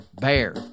BEAR